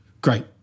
Great